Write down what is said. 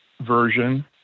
version